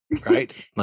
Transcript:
right